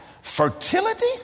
Fertility